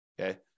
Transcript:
okay